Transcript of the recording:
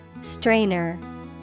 Strainer